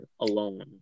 alone